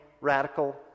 radical